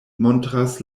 montras